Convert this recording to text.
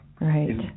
Right